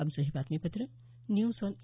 आमचं हे बातमीपत्र न्यूज ऑन ए